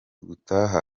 gutaha